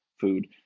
food